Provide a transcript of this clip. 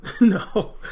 No